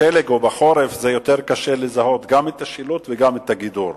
בשלג או בחורף יותר קשה לזהות גם את השילוט וגם את הגידור,